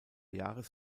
jahres